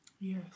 yes